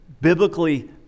biblically